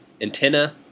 antenna